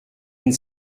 une